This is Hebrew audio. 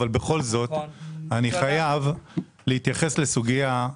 אבל בכל זאת אני חייב להתייחס לסוגיה.